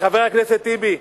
חבר הכנסת טיבי,